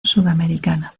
sudamericana